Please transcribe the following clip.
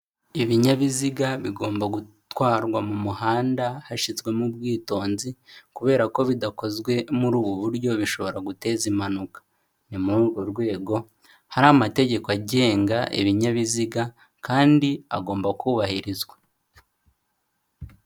Ibinyabiziga bigomba gutwarwa mu muhanda hashyizwemo ubwitonzi kubera ko bidakozwe muri ubu buryo bishobora guteza impanuka, ni muri urwo rwego hari amategeko agenga ibinyabiziga kandi agomba kubahirizwa.